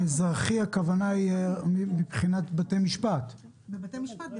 אתם ערים לנושא הזה ובודקים.ץ אני רק רוצה לדייק ולומר שהדבש,